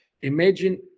Imagine